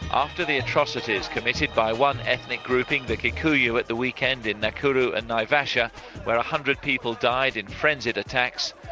after the atrocities committed by one ethnic grouping, the kikuyu, at the weekend, in nakuru and naivasha where one hundred people died in frenzied attacks,